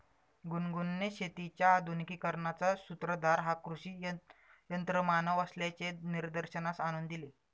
गुनगुनने शेतीच्या आधुनिकीकरणाचा सूत्रधार हा कृषी यंत्रमानव असल्याचे निदर्शनास आणून दिले